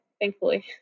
thankfully